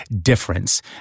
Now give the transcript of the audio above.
difference